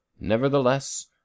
Nevertheless